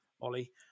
Ollie